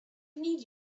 need